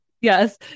Yes